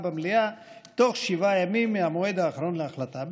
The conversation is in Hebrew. במליאה בתוך שבעה ימים מהמועד האחרון להחלטה.